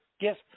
yes